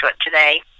today